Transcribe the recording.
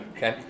Okay